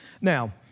Now